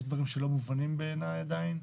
יש דברים שלא מובנים בעיני עדין.